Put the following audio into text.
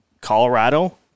Colorado